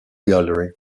gallery